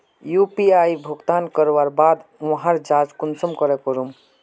UPI भुगतान करवार बाद वहार जाँच कुंसम करे करूम?